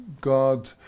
God